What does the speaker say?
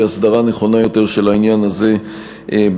הסדרה נכונה יותר של העניין הזה בהמשך.